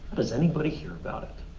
does anybody hear about it?